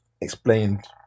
explained